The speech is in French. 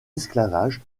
esclavage